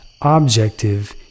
objective